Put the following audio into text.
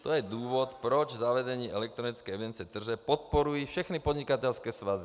To je důvod, proč zavedení elektronické evidence tržeb podporují všechny podnikatelské svazy.